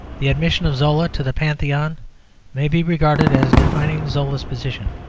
the admission of zola to the pantheon may be regarded as defining zola's position.